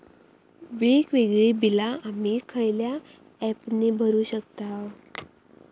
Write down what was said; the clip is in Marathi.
वेगवेगळी बिला आम्ही खयल्या ऍपने भरू शकताव?